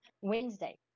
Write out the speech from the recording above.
Wednesday